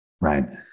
right